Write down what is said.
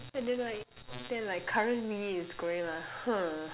and then like then like current me is going like !huh!